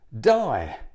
die